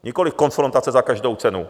Nikoli konfrontace za každou cenu.